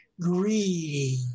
greedy